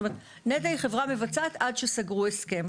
זאת אומרת, נת"ע היא חברה מבצעת עד שסגרו הסכם.